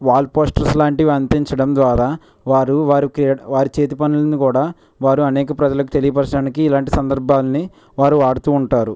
wall posters లాంటివి అంటించడం ద్వారా వారు వారి వారి చేతి పనులని కూడా వారు అనేక ప్రజలకు తెలియపరచడానికి ఇలాంటి సందర్భాలని వారు వాడుతూ ఉంటారు